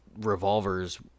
revolvers